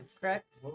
correct